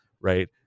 right